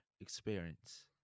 experience